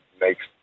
makes